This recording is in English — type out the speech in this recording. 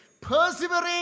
Persevering